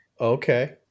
Okay